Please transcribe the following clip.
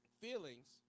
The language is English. feelings